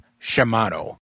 Shimano